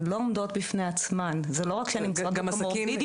הן לא עומדות בפני עצמן זה לא רק שהן נמצאות -- בדיוק,